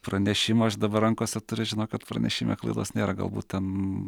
pranešimą aš dabar rankose turiu žinok kad pranešime klaidos nėra galbūt ten